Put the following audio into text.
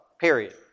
period